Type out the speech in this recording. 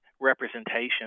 representation